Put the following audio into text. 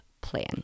plan